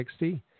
60